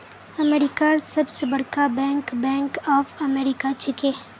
अमेरिकार सबस बरका बैंक बैंक ऑफ अमेरिका छिके